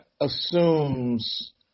assumes